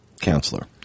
Counselor